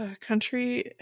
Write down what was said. country